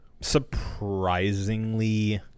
Surprisingly